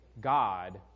God